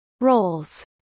roles